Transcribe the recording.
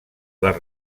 les